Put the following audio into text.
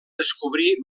descobrir